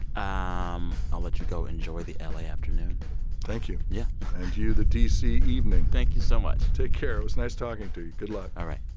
um i'll let you go enjoy the la afternoon thank you. yeah and you the d c. evening thank you so much take care. it was nice talking to you. good luck all right